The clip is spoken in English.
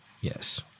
Yes